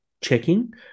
checking